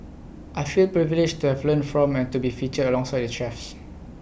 I feel privileged to have learnt from and to be featured alongside the chefs